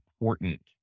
important